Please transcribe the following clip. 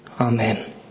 Amen